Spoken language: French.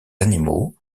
animaux